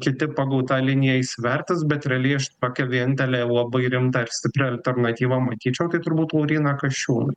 kiti pagal tą liniją įsivertins bet realiai aš tokią vienintelę labai rimtą ir stiprią alternatyvą matyčiau tai turbūt lauryną kasčiūną